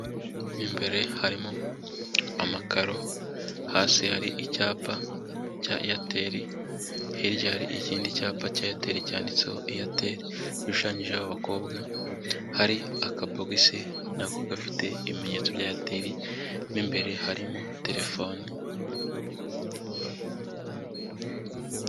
Mo mbere harimo amakaro, hasi hari icyapa cya Airtel, hirya hari ikindi cyapa cya Airtel, cyanditseho Airtel, gishushanyijeho abakobwa, hari akabogisi na ko gafite ibimenyetso bya Airtel, mo imbere harimo telefone.